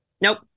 nope